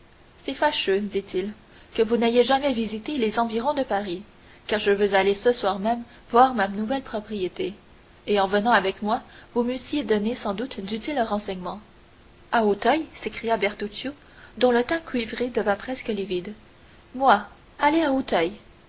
c'est fâcheux dit-il que vous n'ayez jamais visité les environs de paris car je veux aller ce soir même voir ma nouvelle propriété et en venant avec moi vous m'eussiez donné sans doute d'utiles renseignements à auteuil s'écria bertuccio dont le teint cuivré devint presque livide moi aller à